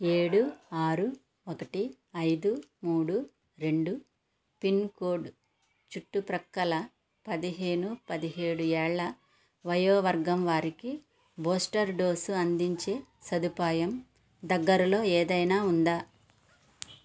ఏడు ఆరు ఒకటి ఐదు మూడు రెండు పిన్కోడ్ చుట్టుప్రక్కల పదిహేను పదహేడు ఏళ్ల వయోవర్గం వారికి బూస్టర్ డోసు అందించే సదుపాయం దగ్గరలో ఏదైనా ఉందా